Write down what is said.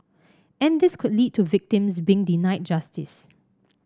and this could lead to victims being denied justice